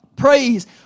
Praise